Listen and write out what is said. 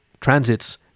Transits